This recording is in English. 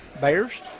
Bears